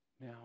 Now